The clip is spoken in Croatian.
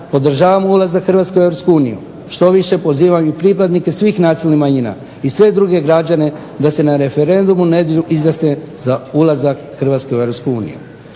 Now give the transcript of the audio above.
podržavamo ulazak Hrvatske u Europsku uniju što više pozivam i pripadnike svih nacionalnih manjina i sve građane da se na referendumu u nedjelju izraze za ulazak Hrvatske u